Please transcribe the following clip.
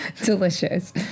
delicious